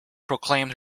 proclaimed